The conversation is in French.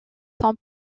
sont